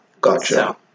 Gotcha